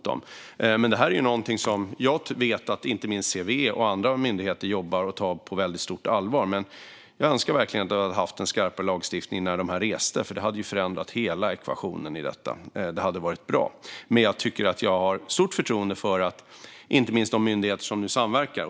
Detta är någonting som jag vet att inte minst CVE och andra myndigheter jobbar med och tar på väldigt stort allvar. Jag önskar dock verkligen att vi hade haft en skarpare lagstiftning när dessa personer reste, för det hade förändrat hela ekvationen i detta. Det hade varit bra. Jag har stort förtroende för de myndigheter som nu samverkar.